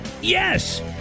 yes